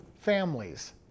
families